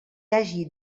hagi